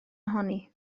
ohoni